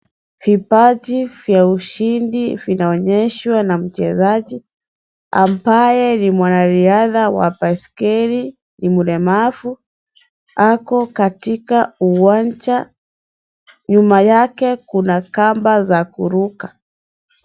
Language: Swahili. Vitaji vya ushindi vinaonyeshwa na mchezaji ambaye ni mwanariadha wa baiskeli, ni mlemavu, ako katika uwanja. Nyuma yake kuna kamba za kuruka.